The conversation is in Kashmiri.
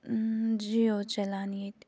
جِیو چَلان ییٚتہِ